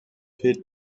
pit